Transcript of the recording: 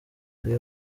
muri